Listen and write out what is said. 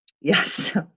Yes